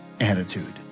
Attitude